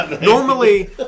normally